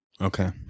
Okay